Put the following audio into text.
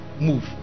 move